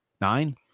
Nine